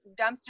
dumpster